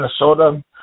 Minnesota